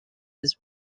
his